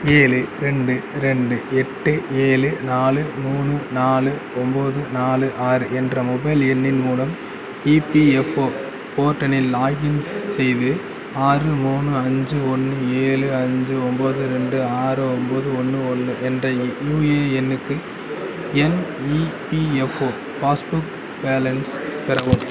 ஏழு ரெண்டு ரெண்டு எட்டு ஏழு நாலு மூணு நாலு ஒம்பது நாலு ஆறு என்ற மொபைல் எண்ணின் மூலம் இபிஎஃப்ஒ போர்ட்டலில் லாகின் செய்து ஆறு மூணு அஞ்சு ஒன்று ஏழு அஞ்சு ஒம்பது ரெண்டு ஆறு ஒம்பது ஒன்று ஒன்று என்ற யூஇ எண்ணுக்கு என் இபிஎஃப்ஒ பாஸ்புக் பேலன்ஸ் பெறவும்